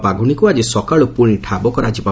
ବାଘୁଣୀକୁ ଆଜି ସକାଳୁ ପୁଶି ଠାବ କରାଯିବ